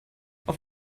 auf